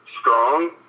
strong